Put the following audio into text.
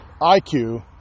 IQ